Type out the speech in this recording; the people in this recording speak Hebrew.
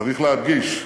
צריך להדגיש: